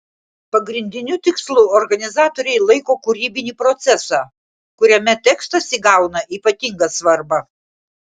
pagrindiniu tikslu organizatoriai laiko kūrybinį procesą kuriame tekstas įgauna ypatingą svarbą